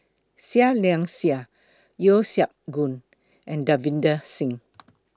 Seah Liang Seah Yeo Siak Goon and Davinder Singh